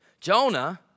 Jonah